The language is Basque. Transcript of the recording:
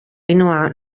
ainhoa